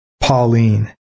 Pauline